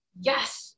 Yes